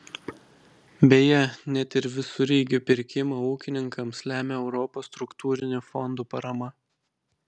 beje net ir visureigių pirkimą ūkininkams lemia europos struktūrinių fondų parama